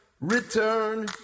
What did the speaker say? return